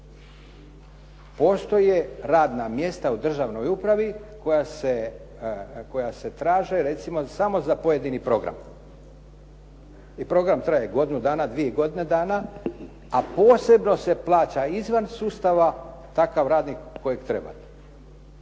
Postoje radna mjesta u državnoj upravi koja se traže recimo samo za pojedini program i program traje godinu dana, dvije godine dana a posebno se plaća izvan sustava, takav radnik kojeg trebate.